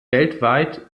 weltweit